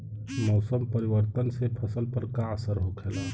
मौसम परिवर्तन से फसल पर का असर होखेला?